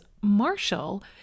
Marshall